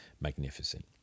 magnificent